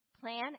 plan